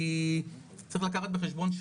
כי צריך לקחת בחשבון,